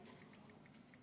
הוא?